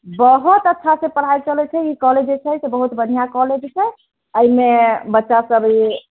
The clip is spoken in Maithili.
बहुत अच्छा से पढ़ाइ चलैत छै ई कॉलेज जे छै से बहुत बढ़िआँ कॉलेज छै एहिमे बच्चा सब ए